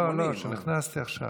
לא, לא, כשנכנסתי עכשיו.